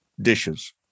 dishes